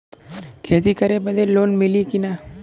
खेती करे बदे लोन मिली कि ना?